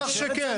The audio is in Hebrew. חבר'ה,